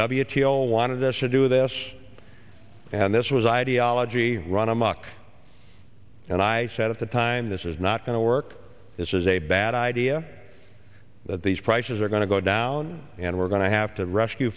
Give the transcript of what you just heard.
all wanted us to do this and this was ideology run amok and i said at the time this is not going to work this is a bad idea that these prices are going to go down and we're going to have to rescue